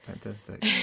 fantastic